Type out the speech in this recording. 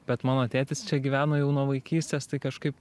bet mano tėtis čia gyvena jau nuo vaikystės tai kažkaip